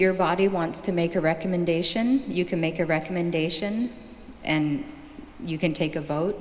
your body wants to make a recommendation you can make a recommendation and you can take a vote